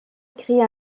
écrit